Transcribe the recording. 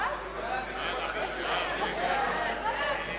להעביר את הצעת חוק ההתייעלות הכלכלית